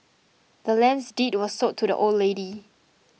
the land's deed was sold to the old lady